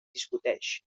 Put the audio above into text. discuteix